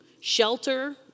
shelter